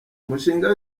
umushinga